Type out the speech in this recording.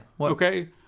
Okay